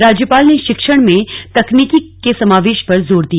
राज्यपाल ने शिक्षण में तकनीकी के समावेश पर जोर दिया